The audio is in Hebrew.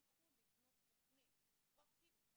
יצליחו לבנות תוכנית פרואקטיבית,